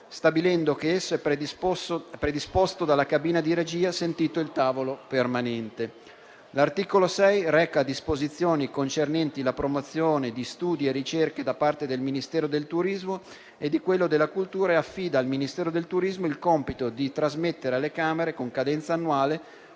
stabilendo che è predisposto dalla cabina di regia, sentito il tavolo permanente. L'articolo 6 reca disposizioni concernenti la promozione di studi e ricerche da parte del Ministero del turismo e di quello della cultura e affida al Ministero del turismo il compito di trasmettere alle Camere, con cadenza annuale,